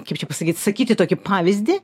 kaip čia pasakyt sakyti tokį pavyzdį